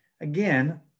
Again